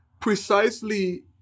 precisely